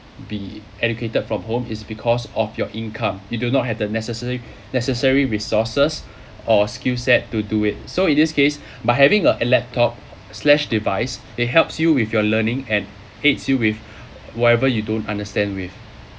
be educated from home is because of your income you do not have the necessary necessary resources or skill set to do it so in this case by having a laptop slash device it helps you with your learning and aids you with whatever you don't understand with